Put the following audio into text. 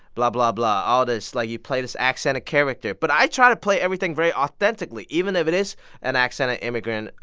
blah, blah, blah all this, like, you play this accented character. but i try to play everything very authentically, even if it is an accented immigrant,